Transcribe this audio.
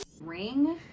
ring